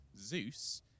zeus